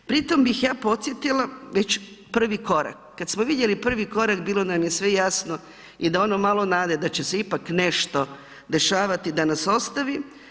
Pri tom bih ja podsjetila već prvi korak, kad smo vidjeli prvi korak bilo nam je sve jasno i da ono malo nade da će se ipak nešto dešavati da nas ostavi.